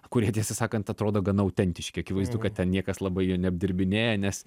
kurie tiesą sakant atrodo gana autentiški akivaizdu kad ten niekas labai jo neapdirbinėja nes